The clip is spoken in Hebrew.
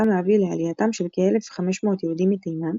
להביא לעלייתם של כ-1,500 יהודים מתימן,